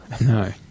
No